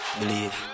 believe